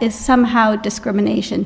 is somehow discrimination